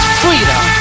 freedom